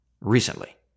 recently